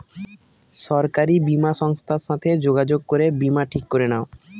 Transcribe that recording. সরকারি বীমা সংস্থার সাথে যোগাযোগ করে বীমা ঠিক করে নাও